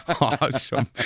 awesome